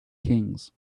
kings